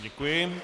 Děkuji.